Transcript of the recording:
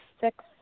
Six